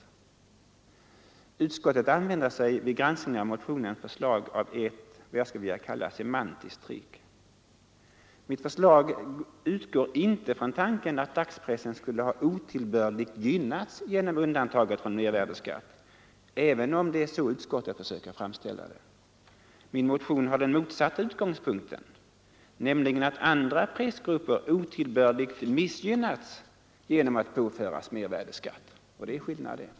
Utskottet använder sig vid granskningen av motionens förslag av ett, vad jag skulle vilja kalla, semantiskt trick. Mitt förslag utgår inte från tanken att dagspressen skulle ha otillbörligt gynnats genom undantaget från mervärdeskatt, även om det är så utskottet försöker framställa det. Min motion har den motsatta utgångspunkten, nämligen att andra pressgrupper otillbörligt missgynnats, genom att påföras mervärdeskatt.